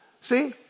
See